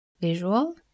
Visual